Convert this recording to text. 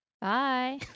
Bye